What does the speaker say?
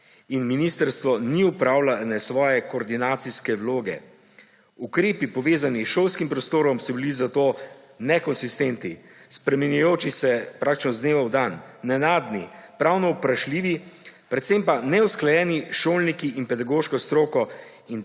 in ministrstvo ni opravilo svoje koordinacijske vloge. Ukrepi, povezani s šolskim prostorom, so bili zato nekonsistentni, spreminjajoči se praktično iz dneva v dan, nenadni, pravno vprašljivi, predvsem pa neusklajeni s šolniki in pedagoško stroko in